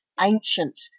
ancient